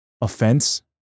offense